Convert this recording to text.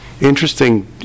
interesting